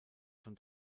von